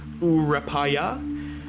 Urapaya